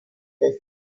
this